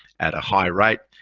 at a higher rate.